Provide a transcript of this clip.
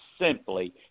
simply